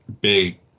big